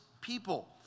people